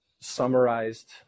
summarized